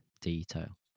detail